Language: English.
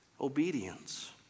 obedience